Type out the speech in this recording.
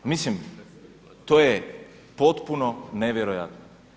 Pa mislim, to je potpuno nevjerojatno.